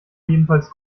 jedenfalls